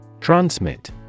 Transmit